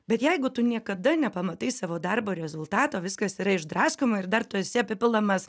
bet jeigu tu niekada nepamatai savo darbo rezultato viskas yra išdraskoma ir dar tu esi apipilamas